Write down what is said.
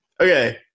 Okay